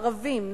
ערבים,